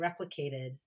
replicated